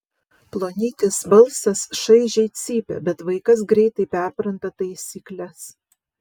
plonytis balsas šaižiai cypia bet vaikas greitai perpranta taisykles